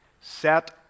Set